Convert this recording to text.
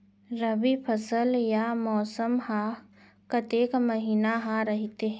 रबि फसल या मौसम हा कतेक महिना हा रहिथे?